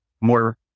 more